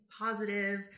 positive